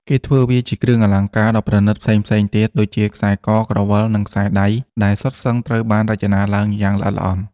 គេធ្វើវាជាគ្រឿងអលង្ការដ៏ប្រណិតផ្សេងៗទៀត ដូចជាខ្សែក ក្រវិល និងខ្សែដៃ ដែលសុទ្ធសឹងត្រូវបានរចនាឡើងយ៉ាងល្អិតល្អន់។